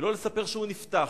ולא לספר שהוא נפתח.